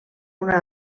una